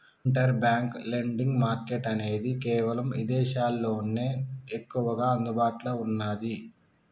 inter bank lending market అనేది కేవలం ఇదేశాల్లోనే ఎక్కువగా అందుబాటులో ఉన్నాది